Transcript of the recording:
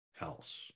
else